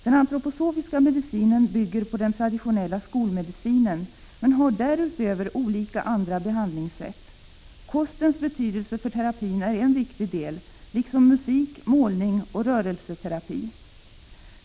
Den antroposofiska medicinen bygger på den traditionella skolmedicinen men har därutöver olika andra behandlingssätt. Kostens betydelse för terapin är en viktig del liksom musik, målning och rörelseterapi.